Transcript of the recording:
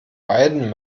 beidem